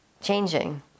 changing